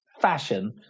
fashion